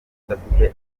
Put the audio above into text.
udafite